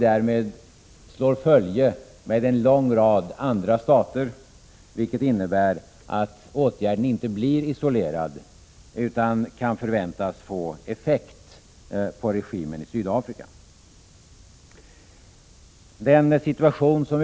Därmed slår vi följe med en lång rad andra stater, vilket innebär att åtgärden inte blir isolerad utan kan förväntas få effekt på regimen i Sydafrika.